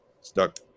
stuck